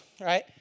right